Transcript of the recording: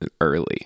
early